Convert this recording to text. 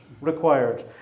Required